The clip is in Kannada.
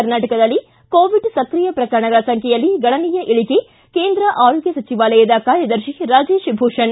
ಕರ್ನಾಟಕದಲ್ಲಿ ಕೋವಿಡ್ ಸ್ಕ್ರಿಯ ಪ್ರಕರಣಗಳ ಸಂಬೈಯಲ್ಲಿ ಗಣನೀಯ ಇಳಿಕೆ ಕೇಂದ್ರ ಆರೋಗ್ಯ ಸಚಿವಾಲಯದ ಕಾರ್ಯದರ್ಶಿ ರಾಜೇಶ್ ಭೂಷಣ್